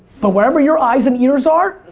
but wherever your eyes and ears are,